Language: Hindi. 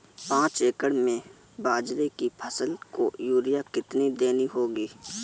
पांच एकड़ में बाजरे की फसल को यूरिया कितनी देनी होगी?